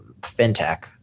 fintech